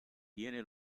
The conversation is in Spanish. tiene